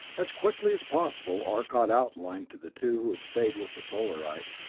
as quickly as possible arcot outlined to the two who had stayed with the solarite,